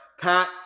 Pat